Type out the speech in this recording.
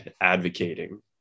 advocating